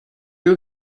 you